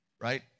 right